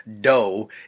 dough